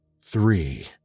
three